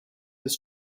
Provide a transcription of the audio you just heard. has